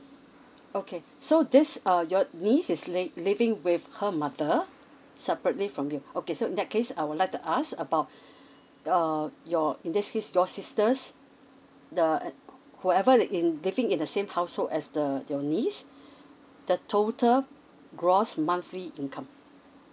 okay so this uh your niece is li~ living with her mother separately from you okay so in that case I would like to ask about uh your in this case your sisters the whoever that in living in the same household as the your niece the total gross monthly income